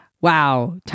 wow